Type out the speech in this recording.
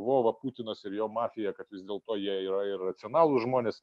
vova putinas ir jo mafija kad vis dėlto jie yra ir racionalūs žmonės